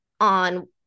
on